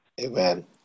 Amen